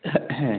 হ্যাঁ